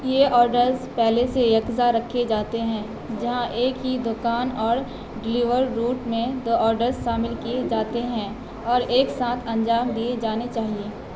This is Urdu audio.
یہ آرڈرس پہلے سے یکجا رکھے جاتے ہیں جہاں ایک ہی دکان اور ڈیلیور روٹ میں دو آرڈرس شامل کیے جاتے ہیں اور ایک ساتھ انجام دیے جانے چاہئیں